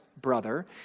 brother